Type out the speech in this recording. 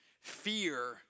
fear